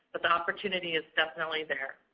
but the opportunity is definitely there.